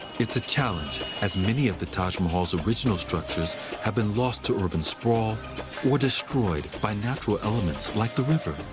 it's a challenge, as many of the taj mahal's original structures have been lost to urban sprawl or destroyed by natural elements, like the river.